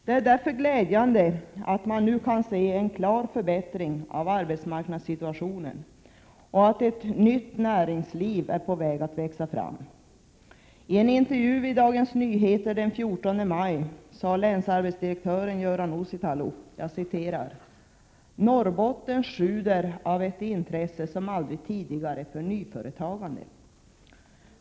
Det är därför glädjande att vi nu kan se en klar förbättring av arbetsmarknadssituationen och att ett nytt näringsliv är på väg att växa fram. I en intervju i Dagens Nyheter den 14 maj sade länsarbetsdirektören Göran Uusitalo: ”--- Norrbotten sjuder av ett intresse som aldrig tidigare för nyföretagande.